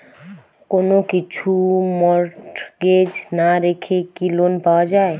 কোন কিছু মর্টগেজ না রেখে কি লোন পাওয়া য়ায়?